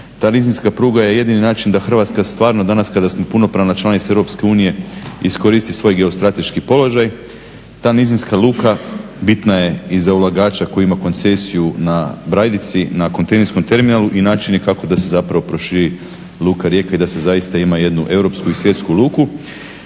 ta nizinska pruga je jedini način da Hrvatska stvarno danas kada smo punopravna članica EU iskoristi svoj geostrateški položaj, ta nizinska luka bitna je i za ulagača koji ima koncesiju na Brajdici, na kontejnerskom terminalu i način je kako da se zapravo proširi luka Rijeka i da se zaista ima jednu europsku i svjetsku luku.